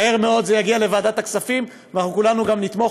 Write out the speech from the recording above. מהר מאוד זה יגיע לוועדת הכספים ואנחנו כולנו גם נתמוך,